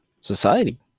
society